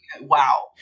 Wow